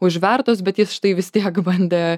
užvertos bet jis štai vis tiek bandė